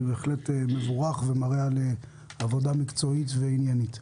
זה בהחלט מבורך ומראה על עבודה מקצועית ועניינית.